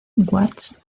watts